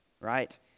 right